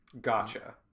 Gotcha